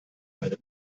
einem